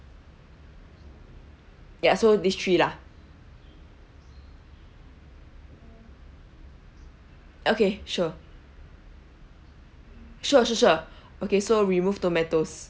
ya so these three lah okay sure sure sure sure okay so removed tomatoes